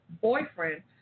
boyfriend